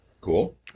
Cool